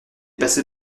passé